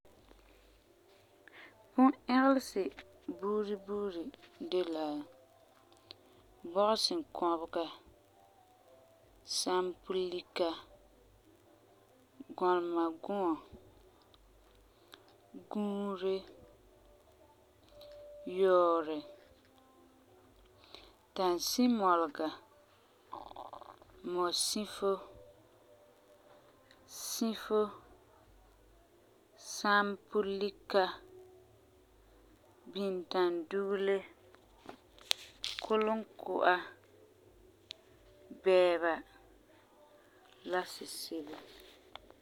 Bun'ɛgelesi buuri buuri de la, bɔgesinkɔbega, sampulika, gɔlemaguɔ, guure, yɔɔrɛ, tansimɔlega, mɔsifo, sifo, sampulika, bintandugele, kulinku'a, bɛɛba la sisi'a.